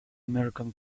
american